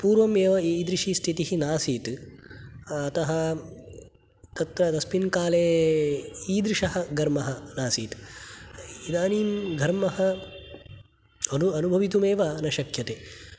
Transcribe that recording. पूर्वम् एव ईदृशी स्थितिः नासीत् अतः तत्र तस्मिन् काले ईदृशः घर्मः नासीत् इदानीं घर्मः अनु अनुभवितुमेव न शक्यते